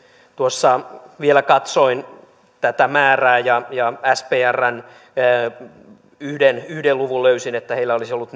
tuossa vielä katsoin tätä määrää ja ja sprn yhden yhden luvun löysin että heillä olisi ollut